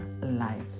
Life